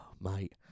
mate